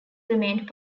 remained